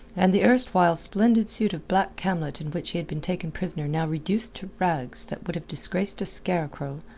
and the erstwhile splendid suit of black camlet in which he had been taken prisoner now reduced to rags that would have disgraced a scarecrow,